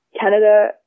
Canada